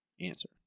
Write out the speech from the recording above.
answer